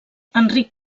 enric